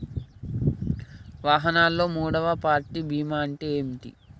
వాహనాల్లో మూడవ పార్టీ బీమా అంటే ఏంటి?